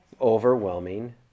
overwhelming